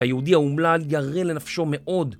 היהודי האומלל ירא לנפשו מאוד.